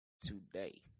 Today